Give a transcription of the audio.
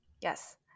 yes